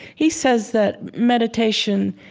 he says that meditation,